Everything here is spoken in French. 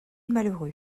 malheureux